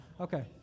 Okay